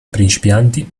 principianti